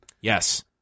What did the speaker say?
Yes